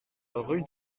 rue